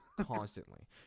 constantly